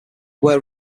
wear